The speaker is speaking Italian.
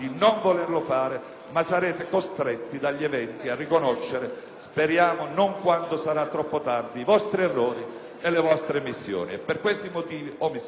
ma sarete costretti dagli eventi a riconoscere - speriamo non quando sarà troppo tardi - i vostri errori e le vostre omissioni.